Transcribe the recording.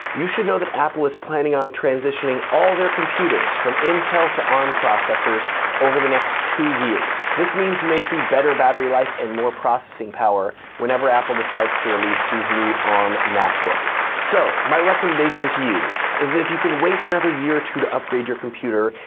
you should know that apple is planning on transitioning all their computers from intel to arm processors over the next two years. this means you may see better battery life and more processing power whenever apple decides to release these new arm macbooks. so my recommendation to you is that if you can wait another year or two to upgrade your computer,